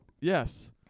Yes